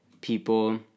people